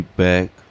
back